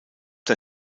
der